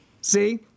See